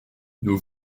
nous